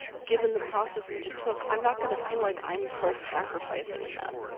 given the process we just took, i'm not gonna feel like i'm self sacrificing in that.